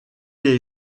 est